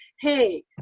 hey